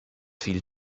viel